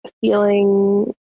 feeling